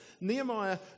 Nehemiah